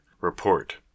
report